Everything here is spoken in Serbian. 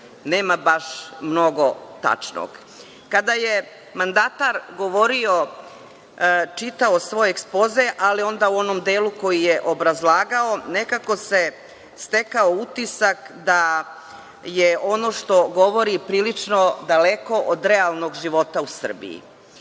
nema baš mnogo tačnog. Kada je mandat govorio, čitao svoj ekspoze, ali onda u onom delu koji je obrazlagao, nekako se stekao utisak da je ono što govorio prilično daleko od realnog života u Srbiji.